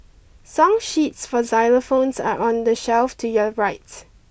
song sheets for xylophones are on the shelf to your right